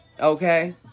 Okay